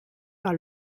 par